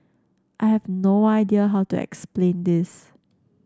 I have no idea how to explain this